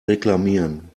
reklamieren